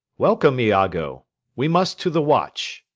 welcome, iago we must to the watch.